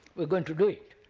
we are going to do it.